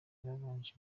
babanje